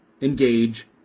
engage